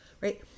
right